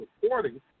supporting